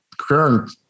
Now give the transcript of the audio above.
current